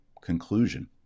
conclusion